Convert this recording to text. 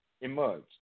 emerged